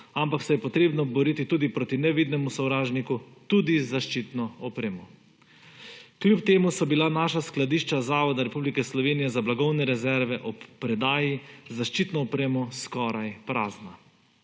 ampak se je treba boriti proti nevidnemu sovražniku tudi z zaščitno opremo. Kljub temu so bila naša skladišča Zavoda Republike Slovenije za blagovne rezerve ob predaji z zaščitno opremo skoraj prazna.